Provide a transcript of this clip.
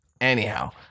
Anyhow